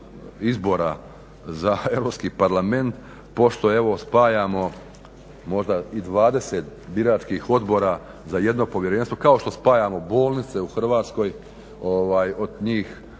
izbora za Europski parlament pošto evo spajamo možda i 20 biračkih odbora za jedno povjerenstvo kao što spajamo bolnice u Hrvatskoj od njih